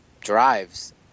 drives